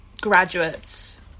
graduates